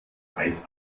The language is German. eis